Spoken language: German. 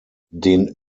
den